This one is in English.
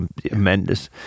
tremendous